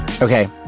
Okay